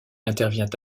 intervient